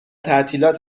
تعطیلات